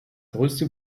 größte